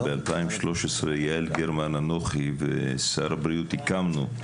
אבל ב-2013, יעל גרמן, אנוכי ושר הבריאות, הקמנו.